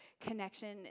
connection